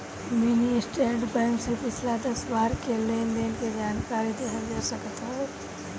mini statement से पिछला दस बार के लेनदेन के जानकारी लेहल जा सकत हवे